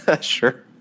sure